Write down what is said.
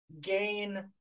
gain